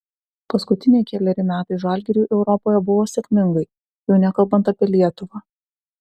paskutiniai keleri metai žalgiriui europoje buvo sėkmingai jau nekalbant apie lietuvą